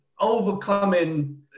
overcoming